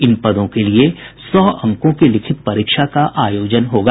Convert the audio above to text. इन पदों के लिए सौ अंकों की लिखित परीक्षा का आयोजन होगा